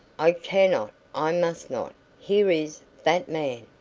i cannot! i must not! here is that man!